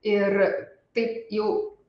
ir taip jau